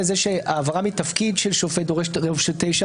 העברה מתפקיד של שופט דורשת רוב של תשע,